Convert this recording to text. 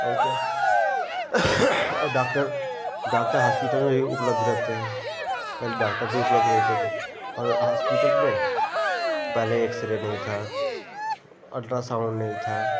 और क्या और डाक्टर डाक्टर हास्पिटल में ही उपलब्ध रहते हैं पहले डाक्टर भी उपलब्ध नही थे थे और हास्पिटल में पहले एक्सरे नहीं था अल्ट्रासाउन्ड नहीं था